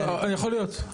יכול להיות.